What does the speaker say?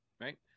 right